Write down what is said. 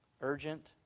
Urgent